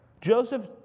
Joseph